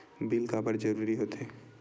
Bill काबर जरूरी होथे?